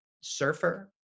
surfer